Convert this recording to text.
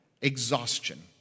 exhaustion